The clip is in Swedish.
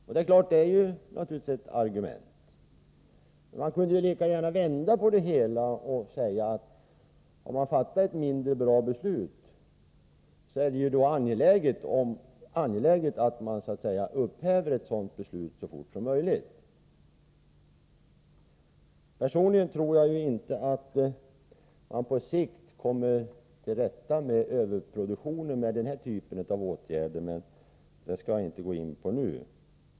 Det är naturligtvis ett argument. Men man kunde ju lika gärna vända på det hela och säga att om man har fattat ett mindre bra beslut, är det angeläget att man upphäver ett sådant beslut så fort som möjligt. Personligen tror jag inte att man på sikt kommer till rätta med överproduktionen med den här typen av åtgärder, men det skall jag inte gå in på nu.